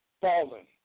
fallen